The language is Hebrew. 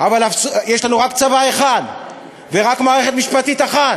אבל יש לנו רק צבא אחד ורק מערכת משפטית אחת.